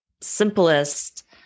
simplest